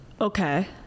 Okay